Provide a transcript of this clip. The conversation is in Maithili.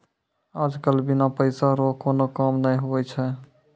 आज कल बिना पैसा रो कोनो काम नै हुवै छै